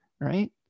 right